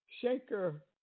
shaker